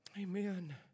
Amen